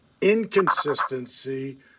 inconsistency